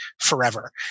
forever